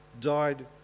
died